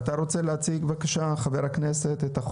אתה רוצה להציג את החוק?